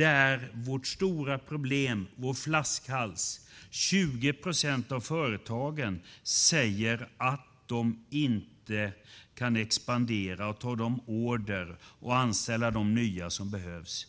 är vårt stora problem, vår flaskhals. 20 procent av företagen säger att de inte kan expandera, att de inte kan ta order och inte kan anställa de nya som behövs.